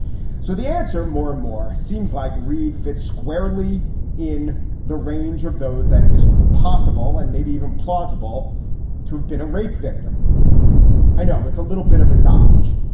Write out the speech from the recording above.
so the answer more and more seems like reid fits squarely in the range of those that it is possible and maybe even plausible to have been a rape victim i know it's a little bit of a dodge,